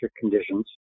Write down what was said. conditions